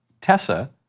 Tessa